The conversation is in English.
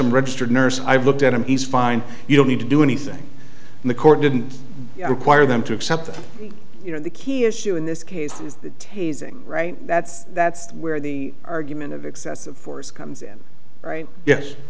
i'm registered nurse i've looked at him he's fine you don't need to do anything in the court didn't require them to accept that you know the key issue in this case is tasing right that's that's where the argument of excessive force comes in right yes